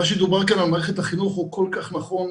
מה שדובר כאן על מערכת החינוך הוא כל כך נכון,